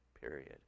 period